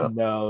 no